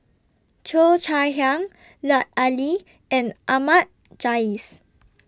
Cheo Chai Hiang Lut Ali and Ahmad Jais